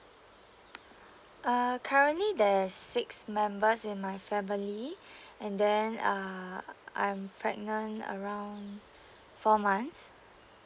uh currently there's six members in my family and then uh I'm pregnant around four months